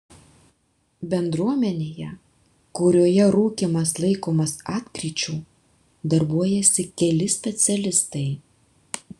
bendruomenėje kurioje rūkymas laikomas atkryčiu darbuojasi keli specialistai